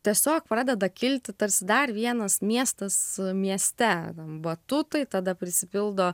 tiesiog pradeda kilti tarsi dar vienas miestas mieste ten batutai tada prisipildo